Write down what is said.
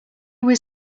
was